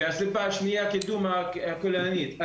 והסיבה השנייה היא קידום התכנית הכוללנית.